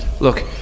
Look